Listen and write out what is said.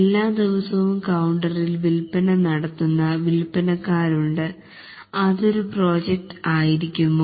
എല്ലാ ദിവസവും കൌണ്ടറിൽ വിൽപന നടത്തുന്ന വില്പനക്കാരുണ്ട് അതൊരു പ്രോജക്ട് ആയിരിക്കുമോ